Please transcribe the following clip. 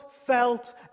felt